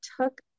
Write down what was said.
took